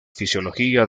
fisiología